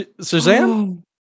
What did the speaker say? Suzanne